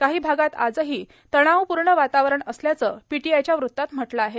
काही भागात आजही तणावपूर्ण वातावरण असल्याचं पीटीआयच्या वृत्तात म्हटलं आहे